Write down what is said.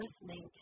listening